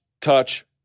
touch